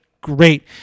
Great